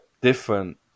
different